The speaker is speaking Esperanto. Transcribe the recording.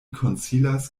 konsilas